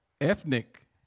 ethnic